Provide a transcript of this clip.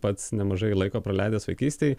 pats nemažai laiko praleidęs vaikystėj